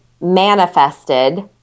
manifested